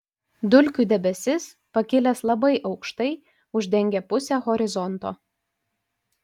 dulkių debesis pakilęs labai aukštai uždengia pusę horizonto